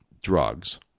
drugs